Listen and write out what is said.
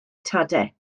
tadau